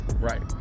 right